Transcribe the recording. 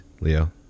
Leo